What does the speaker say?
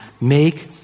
Make